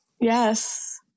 Yes